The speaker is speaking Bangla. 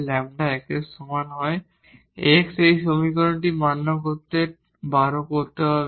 x এই সমীকরণটি মান্য করতে 12 হতে হবে